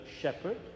shepherd